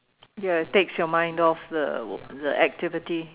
ya it takes your mind off the the activity